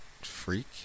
freak